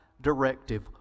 Directive